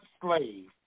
slave